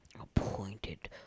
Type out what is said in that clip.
appointed